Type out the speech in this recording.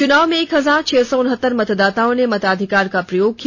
चुनाव में एक हजार छह सौ उनहत्तर मतदाताओं ने मताधिकार का प्रयोग किया